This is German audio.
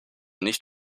nicht